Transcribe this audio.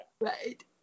Right